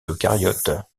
eucaryotes